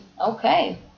Okay